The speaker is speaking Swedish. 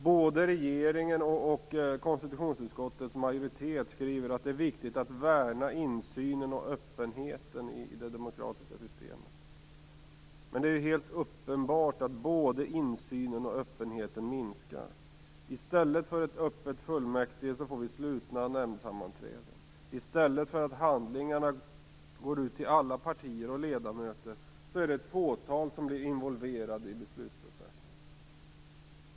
Både regeringen och konstitutionsutskottets majoritet skriver att det är viktigt att värna insynen och öppenheten i det demokratiska systemet. Men det är helt uppenbart att både insynen och öppenheten minskar. I stället för ett öppet fullmäktige får vi slutna nämndsammanträden. I stället för att handlingarna går ut till alla partier och ledamöter, är det ett fåtal som blir involverade i beslutsprocessen.